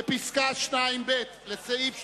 "בפסקה 2(ב)" לסעיף 13,